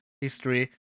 history